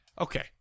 okay